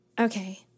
okay